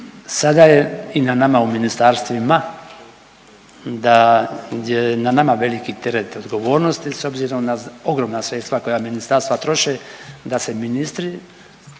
Sada je i na nama u ministarstvima da je na nama veliki teret odgovornosti s obzirom na ogromna sredstva koja ministarstva troše da se ministri